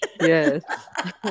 Yes